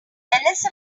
elizabeth